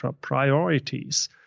priorities